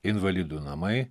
invalidų namai